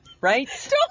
Right